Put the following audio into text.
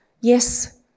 Yes